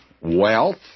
wealth